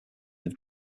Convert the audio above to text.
have